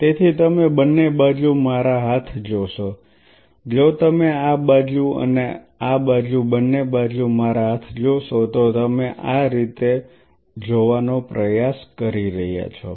તેથી તમે બંને બાજુ મારા હાથ જોશો જો તમે આ બાજુ અને આ બાજુ બંને બાજુ મારા હાથ જોશો તો તમે આ રીતે જોવાનો પ્રયાસ કરી રહ્યા છો